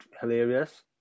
hilarious